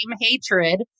hatred